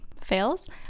fails